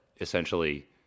essentially